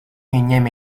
unième